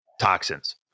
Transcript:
toxins